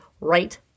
right